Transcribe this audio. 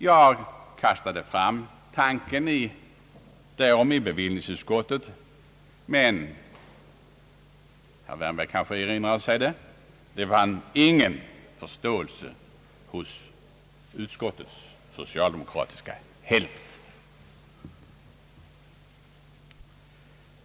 Jag kastade fram tanken därom i bevillningsutskottet, men herr Wärnberg kanske erinrar sig att det inte vann någon förståelse hos utskottets socialdemokratiska hälft.